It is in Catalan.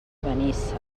benissa